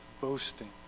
boasting